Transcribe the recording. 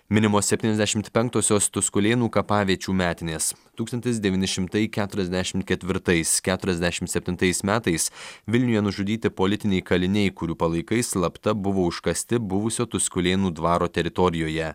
minimos septyniasdešimt penktosios tuskulėnų kapaviečių metinės tūkstantis devyni šimtai keturiasdešim ketvirtais keturiasdešim septintais metais vilniuje nužudyti politiniai kaliniai kurių palaikai slapta buvo užkasti buvusio tuskulėnų dvaro teritorijoje